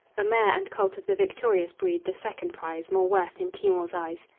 a mare and colt of the victorious breed the second prize, more worth in timour's eyes.